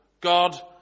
God